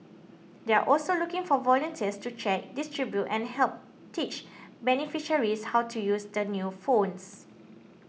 they're also looking for volunteers to check distribute and help teach beneficiaries how to use the new phones